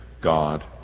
god